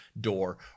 door